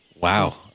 Wow